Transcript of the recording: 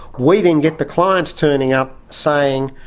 we then get the clients turning up saying,